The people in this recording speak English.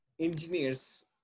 Engineers